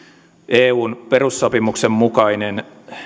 eun perussopimuksen mukainen